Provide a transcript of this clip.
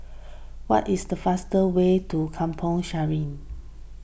what is the fastest way to Kampong Sireh